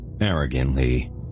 Arrogantly